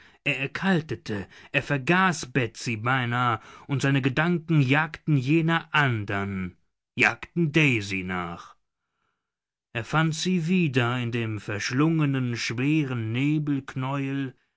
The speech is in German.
er erkaltete er vergaß betsy beinahe und seine gedanken jagten jener andern jagten daisy nach er fand sie wieder in dem verschlungenen schweren nebelknäuel